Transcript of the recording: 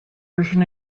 version